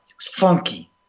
funky